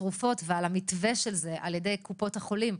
התרופות ועל המתווה של זה על ידי קופות החולים,